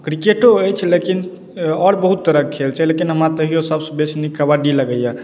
क्रिकेटो अछि लेकिन आओर बहुत तरह के खेल छै लेकिन हमरा तैयो सबसे बेसी नीक कबड्डी लगैया